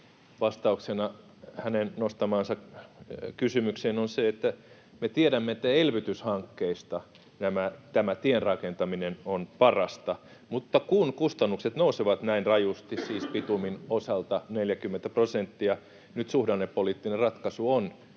Vastauksena hänen nostamaansa kysymykseen: me tiedämme, että elvytyshankkeista tienrakentaminen on parasta, mutta kun kustannukset nousevat näin rajusti — siis bitumin osalta 40 prosenttia — niin nyt suhdannepoliittinen ratkaisu on nostaa